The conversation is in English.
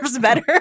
better